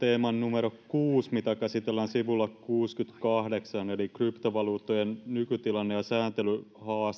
teeman numero kuusi mitä käsitellään sivulla kuusikymmentäkahdeksan eli kryptovaluuttojen nykytilanne